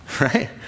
right